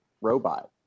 robot